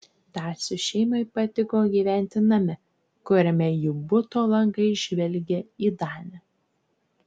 dacių šeimai patiko gyventi name kuriame jų buto langai žvelgė į danę